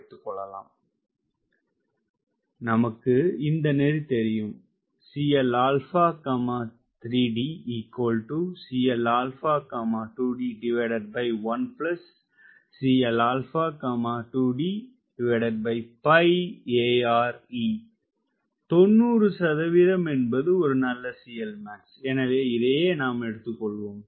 உமக்கு இந்த நெறி தெரியும் 90 என்பது ஒரு நல்ல CLmax எனவே இதையே நாம் எடுத்துக்கொள்வோம்